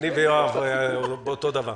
אני ויואב אותו דבר.